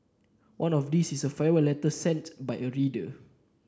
one of these is a farewell letter sent by a reader